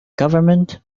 government